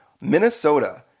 Minnesota